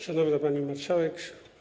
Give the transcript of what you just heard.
Szanowna Pani Marszałek!